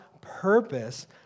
purpose